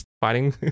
fighting